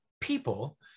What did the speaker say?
people